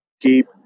Keep